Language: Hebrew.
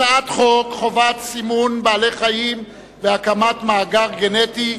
הצעת חוק חובת סימון בקר והקמת מאגר גנטי,